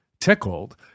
tickled